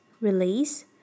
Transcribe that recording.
Release